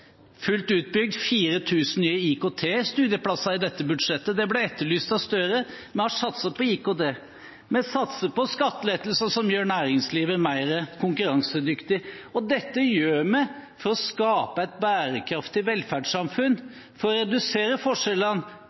fullt utbygd, 4 000 nye IKT-studieplasser i dette budsjettet. Det ble etterlyst av Gahr Støre. Vi har satset på IKT. Vi satser på skattelettelser som gjør næringslivet mer konkurransedyktig. Dette gjør vi for å skape et bærekraftig velferdssamfunn, for å redusere forskjellene,